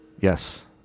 Yes